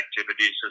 activities